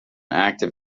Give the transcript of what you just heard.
active